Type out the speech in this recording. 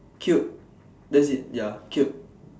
cute that's it ya cute